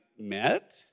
met